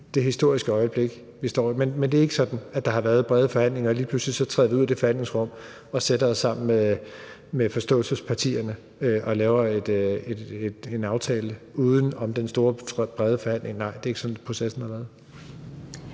det historiske øjeblik, vi står i. Men det er ikke sådan, at der har været brede forhandlinger, og lige pludselig træder vi ud af det forhandlingsrum og sætter os sammen med partierne bag forståelsespapirerne og laver en aftale uden om den store og brede forhandling. Nej, det er ikke sådan, processen har været.